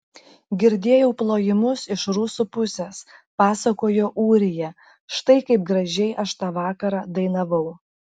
girdėjau plojimus iš rusų pusės pasakojo ūrija štai kaip gražiai aš tą vakarą dainavau